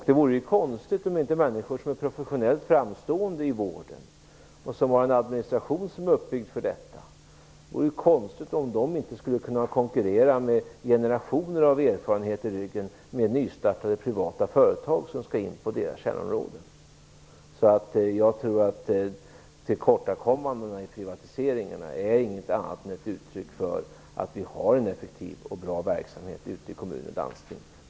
Det vore konstigt om människor som är professionellt framstående i vården och som har en administration som är uppbyggd för detta inte skulle kunna konkurrera, med generationer av erfarenhet i ryggen, med nystartade privata företag som vill gå in på deras kärnområden. Jag tror alltså att tillkortakommandena i privatiseringarna inte är någonting annat än ett uttryck för att vi har en effektiv och bra verksamhet ute i kommuner och landsting.